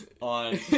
on